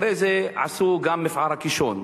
אחרי זה עשו גם את מפעל הקישון,